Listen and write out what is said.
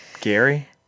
Gary